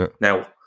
Now